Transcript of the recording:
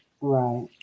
right